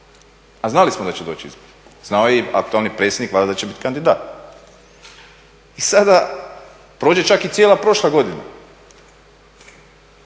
a znali smo da će doći izbori. Znao je i aktualni predsjednik Vlade da će biti kandidat. I sada prođe čak i cijela prošla godina.